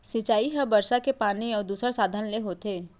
सिंचई ह बरसा के पानी अउ दूसर साधन ले होथे